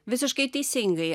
visiškai teisingai